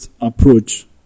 approach